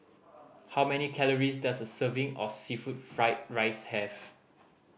how many calories does a serving of seafood fried rice have